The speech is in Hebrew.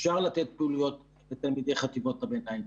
אפשר לתת פעילויות לתלמידי חטיבות הביניים.